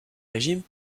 régime